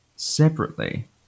separately